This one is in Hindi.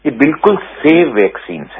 ये बिलकुल सेफ वैक्सीन है